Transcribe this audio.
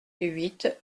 huit